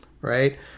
right